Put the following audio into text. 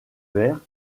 verts